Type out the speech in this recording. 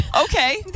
Okay